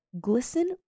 glisten